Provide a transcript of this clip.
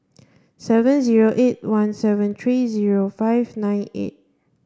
seven zero eight one seven three zero five nine eight